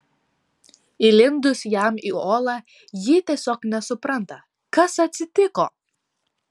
įlindus jam į olą ji tiesiog nesupranta kas atsitiko